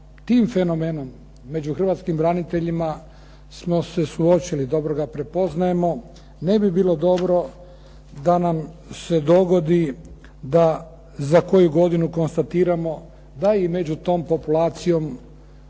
tim fenomenom među hrvatskim braniteljima smo se suočili, dobro ga prepoznajemo. Ne bi bilo dobro da nam se dogodi da za koju godinu konstatiramo da je i među tom populacijom